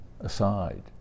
aside